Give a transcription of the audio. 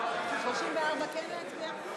34, 34, כן להצביע?